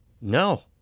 No